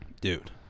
Dude